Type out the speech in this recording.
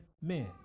men